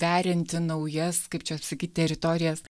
perinti naujas kaip čia sakyt teritorijas